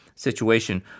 Situation